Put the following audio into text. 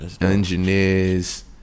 engineers